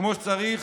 כמו שצריך.